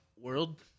world